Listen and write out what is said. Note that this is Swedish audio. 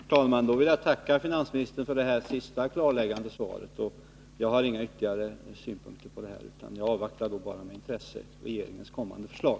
Herr talman! Jag vill tacka finansministern för detta sista, klarläggande svar. Jag har inga ytterligare synpunkter, utan avvaktar med intresse regeringens kommande förslag.